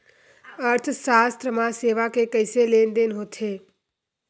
अर्थशास्त्र मा सेवा के कइसे लेनदेन होथे?